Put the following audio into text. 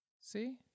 See